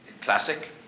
Classic